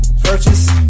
purchase